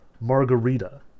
margarita